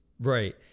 Right